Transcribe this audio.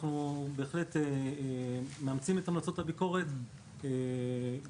אנחנו מאמצים את המלצות הביקורת ונשמח